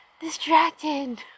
Distracted